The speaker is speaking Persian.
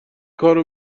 کارو